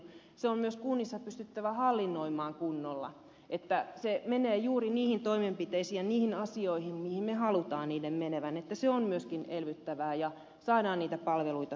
raha on myös kunnissa pystyttävä hallinnoimaan kunnolla että se menee juuri niihin toimenpiteisiin ja niihin asioihin mihin me haluamme sen menevän että se on myöskin elvyttävää ja saadaan niitä palveluita turvattua